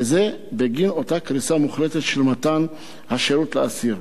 וזה בגין אותה קריסה מוחלטת של מתן השירות לאסיר.